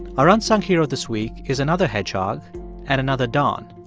our unsung hero this week is another hedgehog and another don.